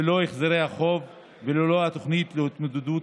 ללא החזרי החוב וללא התוכנית להתמודדות